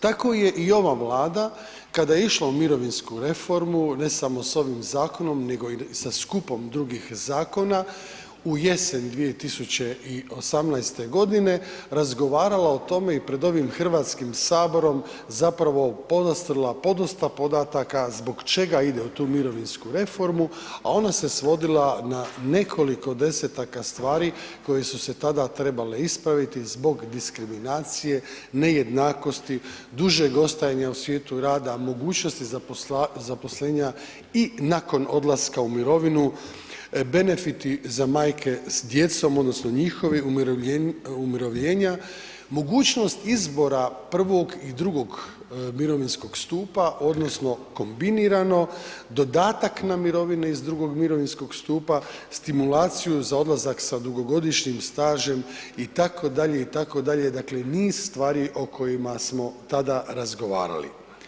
Tako je i ova Vlada kada je išla u mirovinsku reformu, ne samo s ovim zakonom nego i sa skupom drugih zakona, u jesen 2018. g. razgovarala o tome i pred ovim Hrvatskim saborom zapravo podastrla podosta podataka zbog čega ide u tu mirovinsku reformu a ona se svodila na nekoliko desetaka stvari koje su se tada trebale ispraviti zbog diskriminacije, nejednakosti, duže ostajanja u svijetu rada, mogućnosti zaposlenja i nakon odlaska u mirovinu, benefiti za majke s djecom odnosno njihova umirovljenja, mogućnost izbora I. i II. mirovinskog stupa odnosno kombinirano, dodatak na mirovine iz II. mirovinskog stupa, stimulaciju za odlazak sa dugogodišnjim stažem itd., itd., dakle niz stvari o kojima smo tada razgovarali.